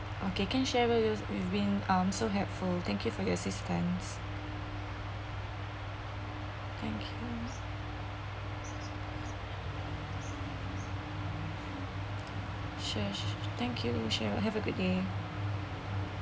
okay can cheryl you're been um so helpful thank you for your assist times thank you sharo thank you cheryl have a good day